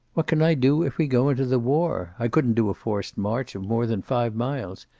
what can i do if we go into the war? i couldn't do a forced march of more than five miles.